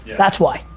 that's why.